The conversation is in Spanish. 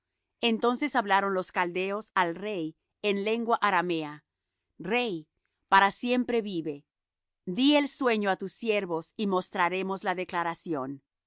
entonces hablaron los caldeos al rey en lengua aramea rey para siempre vive di el sueño á tus siervos y mostraremos la declaración